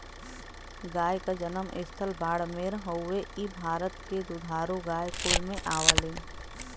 गाय क जनम स्थल बाड़मेर हउवे इ भारत के दुधारू गाय कुल में आवलीन